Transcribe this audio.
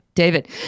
David